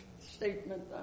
statement